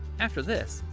after this,